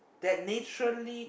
that naturally